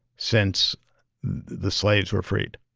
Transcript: since the slaves were freed,